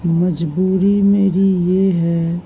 مجبوری میری یہ ہے